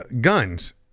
Guns